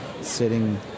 sitting